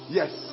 yes